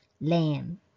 lamb